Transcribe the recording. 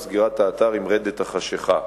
וסגירת האתר עם רדת החשכה.